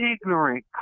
ignorant